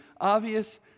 obvious